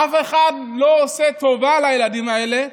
אף אחד לא עושה טובה לילדים האלה,